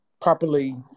properly